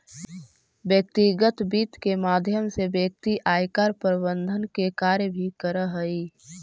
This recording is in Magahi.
व्यक्तिगत वित्त के माध्यम से व्यक्ति आयकर प्रबंधन के कार्य भी करऽ हइ